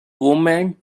woman